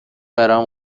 برام